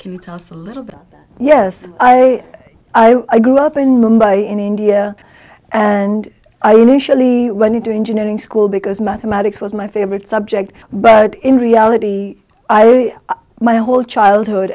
can you tell us a little bit yes i i grew up in mumbai in india and i initially when you do engineering school because mathematics was my favorite subject but in reality my whole childhood